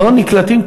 לא נקלטים,